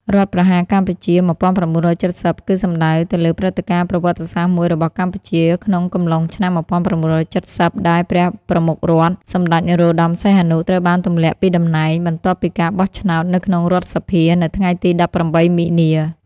រដ្ឋប្រហារកម្ពុជា១៩៧០ គឺសំដៅទៅលើព្រឹត្តិការណ៍ប្រវត្តិសាស្ត្រមួយរបស់កម្ពុជា ក្នុងកំឡុងឆ្នាំ១៩៧០ ដែលព្រះប្រមុខរដ្ឋ សម្តេចនរោត្ដម សីហនុ ត្រូវបានទម្លាក់ពីតំណែង បន្ទាប់ពីការបោះឆ្នោតនៅក្នុងរដ្ឋសភានៅថ្ងៃទី ១៨ មីនា។